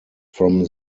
from